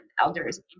elders